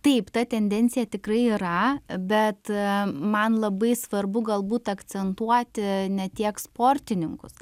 taip ta tendencija tikrai yra bet man labai svarbu galbūt akcentuoti ne tiek sportininkus